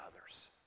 others